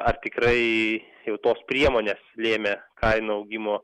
ar tikrai jau tos priemonės lėmė kainų augimo